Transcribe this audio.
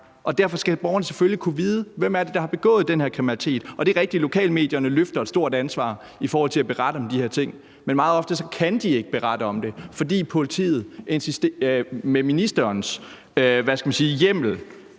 Derfor skal borgerne selvfølgelig kunne vide, hvem det er, der har begået den her kriminalitet. Det er rigtigt, at lokalmedierne løfter et stort ansvar i forhold til at berette om de her ting, men meget ofte kan de ikke berette om det, fordi politiet med ministerens hjemmel